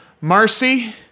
Marcy